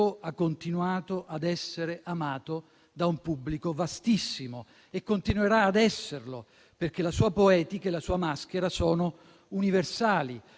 ha continuato ad essere amato da un pubblico vastissimo e continuerà ad esserlo, perché la sua poetica e la sua maschera sono universali.